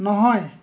নহয়